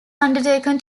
undertaken